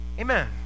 amen